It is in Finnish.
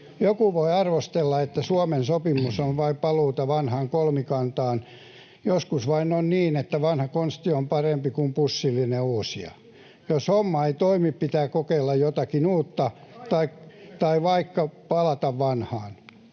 Joku voi arvostella, että Suomen sopimus on vain paluuta vanhaan kolmikantaan. Joskus vain on niin, että vanha konsti on parempi kuin pussillinen uusia. [Vasemmalta: Just näin!] Jos homma ei toimi, pitää kokeilla jotakin uutta tai vaikka palata vanhaan.